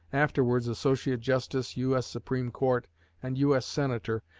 afterwards associate justice u s. supreme court and u s. senator,